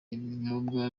ibinyobwa